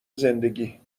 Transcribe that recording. زندگی